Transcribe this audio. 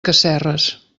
casserres